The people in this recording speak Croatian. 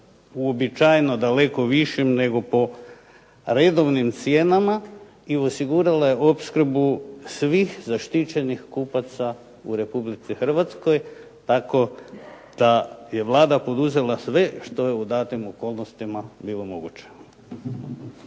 uobičajeno daleko višim, nego po redovnim cijenama i osigurala je opskrbu svih zaštićenih kupaca u Republici Hrvatskoj. Tako da je Vlada poduzela sve što je u datim okolnostima bilo moguće.